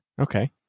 Okay